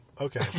Okay